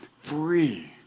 free